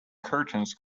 curtains